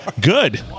good